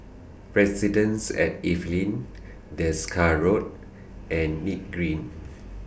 Residences At Evelyn Desker Road and Nim Green